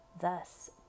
thus